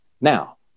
Now